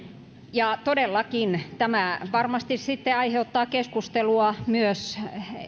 ja todellakin tämä varmasti sitten aiheuttaa keskustelua myös